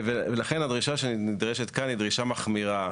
לכן, הדרישה שנדרשת כאן היא דרישה מחמירה,